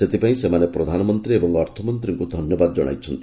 ସେଥିପାଇଁ ସେମାନେ ପ୍ରଧାନମନ୍ତୀ ଏବଂ ଅର୍ଥମନ୍ତୀଙ୍କୁ ଧନ୍ୟବାଦ କଣାଇଛନ୍ତି